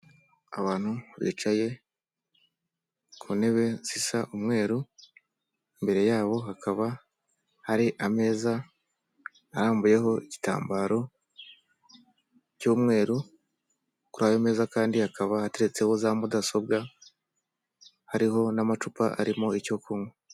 Abantu bicaye ku ntebe zisa umweru, imbere yabo hakaba hari ameza arambuyeho igitambaro cy'umweru, kuri ayo meza kandi hakaba hateretseho za mudasobwa hariho n'amacupa arimo icyo kunywa.